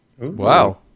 Wow